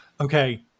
Okay